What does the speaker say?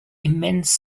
immense